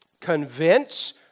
Convince